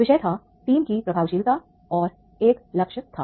विषय था टीम की प्रभावशीलता और एक लक्ष्य था